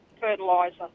Fertilizer